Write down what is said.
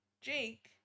Jake